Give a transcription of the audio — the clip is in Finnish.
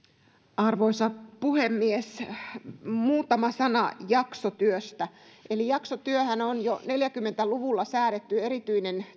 arvoisa puhemies muutama sana jaksotyöstä jaksotyöhän on jo neljäkymmentä luvulla säädetty erityinen